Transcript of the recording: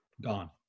gone